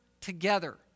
together